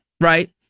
right